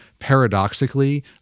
paradoxically